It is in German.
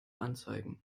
anzeigen